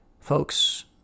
Folks